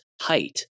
height